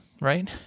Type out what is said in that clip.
Right